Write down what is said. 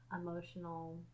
emotional